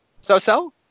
so-so